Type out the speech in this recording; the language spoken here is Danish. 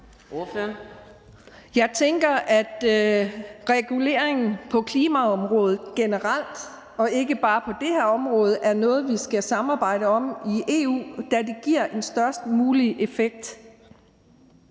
Jeg tænker, at regulering på klimaområdet generelt og ikke bare på det her område er noget, vi skal samarbejde om i EU, da det giver den størst mulige effekt.